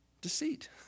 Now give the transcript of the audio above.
Deceit